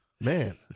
Man